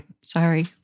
Sorry